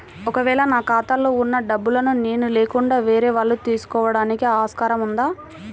ఒక వేళ నా ఖాతాలో వున్న డబ్బులను నేను లేకుండా వేరే వాళ్ళు తీసుకోవడానికి ఆస్కారం ఉందా?